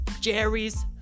Jerry's